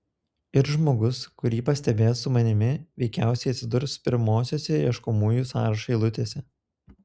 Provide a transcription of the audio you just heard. ir žmogus kurį pastebės su manimi veikiausiai atsidurs pirmosiose ieškomųjų sąrašo eilutėse